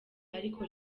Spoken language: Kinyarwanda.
ariko